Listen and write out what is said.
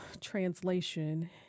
translation